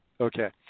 Okay